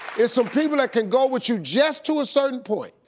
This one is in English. it's some people that can go with you just to a certain point,